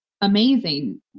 amazing